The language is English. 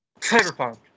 Cyberpunk